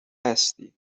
هستی